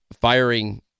firing